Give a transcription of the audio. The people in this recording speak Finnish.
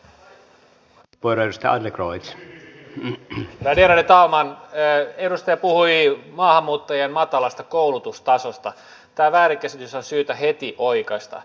näiden kuntakokeilujen loppuraporteissa on selkeitä suosituksia esimerkiksi uudelle kokeilulainsäädännölle jonka avulla voitaisiin viedä eteenpäin näitä kuntakokeilun hyviä tuloksia